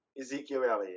Ezekiel